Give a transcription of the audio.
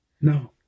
No